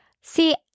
See